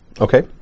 Okay